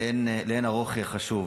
לאין ערוך חשוב.